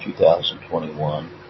2021